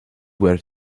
were